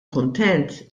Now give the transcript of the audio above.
kuntent